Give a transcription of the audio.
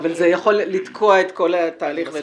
זה יכול לתקוע את כל התהליך.